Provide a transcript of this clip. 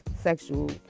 sexual